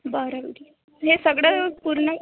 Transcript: बरं ठीक आहे हे सगळं पूर्ण